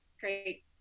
Great